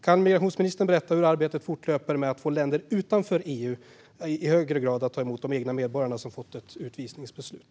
Kan migrationsministern berätta hur arbetet fortlöper med att få länder utanför EU att i högre grad ta emot egna medborgare som fått ett utvisningsbeslut?